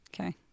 okay